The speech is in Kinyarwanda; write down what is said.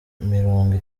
mirongo